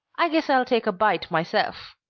i guess i'll take a bite myself.